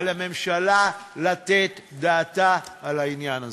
על הממשלה לתת דעתה על העניין הזה.